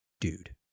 dude